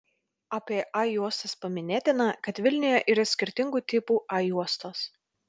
apie a juostas paminėtina kad vilniuje yra skirtingų tipų a juostos